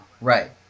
Right